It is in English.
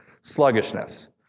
sluggishness